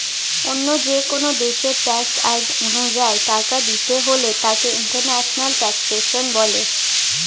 অন্য যেকোন দেশের ট্যাক্স আইন অনুযায়ী টাকা দিতে হলে তাকে ইন্টারন্যাশনাল ট্যাক্সেশন বলে